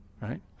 right